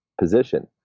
position